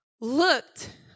looked